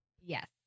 yes